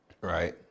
right